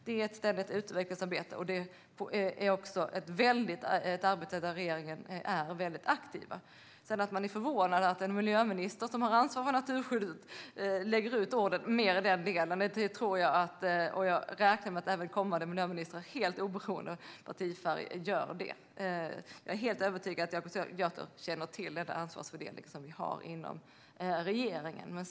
Det är ett ständigt utvecklingsarbete och också ett arbete där regeringen är väldigt aktiv. Jonas Jacobsson Gjörtler är förvånad över att en miljöminister som har ansvar för naturskyddet lägger ut orden mer i den delen. Jag räknar med att även kommande ministrar helt oberoende av partifärg gör det, och jag är helt övertygad om att Jonas Jacobsson Gjörtler känner till ansvarsfördelningen som vi har inom regeringen.